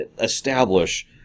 establish